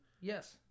Yes